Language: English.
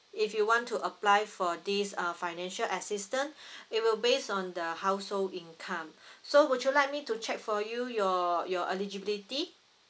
if you want to apply for this uh financial assistance it will based on the household income so would you like me to check for you your your eligibility